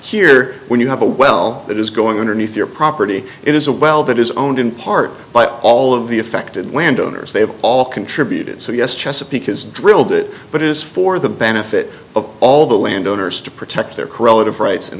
here when you have a well that is going underneath your property it is a well that is owned in part by all of the affected land owners they have all contributed so yes chesapeake has drilled it but it is for the benefit of all the land owners to protect their corella have rights